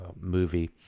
movie